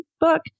book